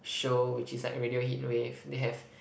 show which is like radio heatwave they have